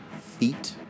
feet